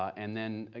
and then, ah